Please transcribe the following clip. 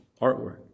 artwork